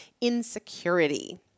insecurity